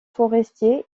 forestier